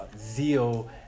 zeal